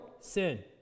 sin